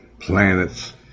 planets